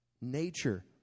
nature